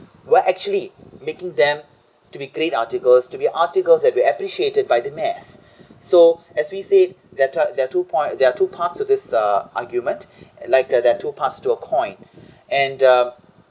were actually making them to be great articles to be article that will appreciated by the mass so as we said there're there're two point there are two parts of this uh argument like uh there're two parts to a coin and uh